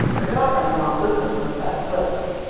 her daughter-in-law listened with set lips.